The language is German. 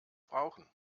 brauchen